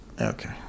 Okay